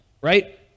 right